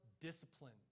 discipline